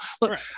Look